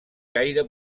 caire